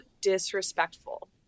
disrespectful